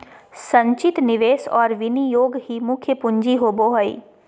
संचित निवेश और विनियोग ही मुख्य पूँजी होबो हइ